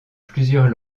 plusieurs